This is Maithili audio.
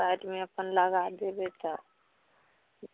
साइडमे अपन लगा देबै तऽ